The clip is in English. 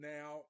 Now